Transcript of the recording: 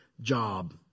job